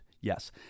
Yes